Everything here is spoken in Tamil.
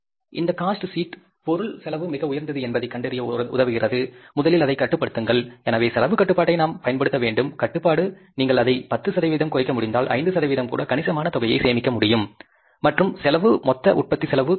இந்த காஸ்ட் சீட் பொருள் செலவு மிக உயர்ந்தது என்பதைக் கண்டறிய உதவுகிறது முதலில் அதை கட்டுப்படுத்துங்கள் எனவே செலவுக் கட்டுப்பாட்டை நாம் பயன்படுத்த வேண்டும் கட்டுப்பாடு நீங்கள் அதை 10 சதவிகிதம் குறைக்க முடிந்தால் 5 சதவிகிதம் கூட கணிசமான தொகையைச் சேமிக்க முடியும் மற்றும் செலவு மொத்த உற்பத்தி செலவு குறையக்கூடும்